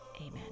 Amen